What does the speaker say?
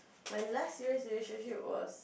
my last year's relationship was